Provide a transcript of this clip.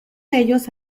ellos